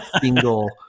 single